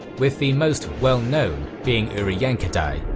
with the most well known being uriyangqadai,